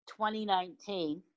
2019